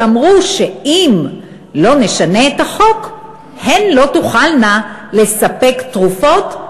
שאמרו שאם לא נשנה את החוק הן לא תוכלנה לספק תרופות,